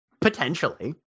potentially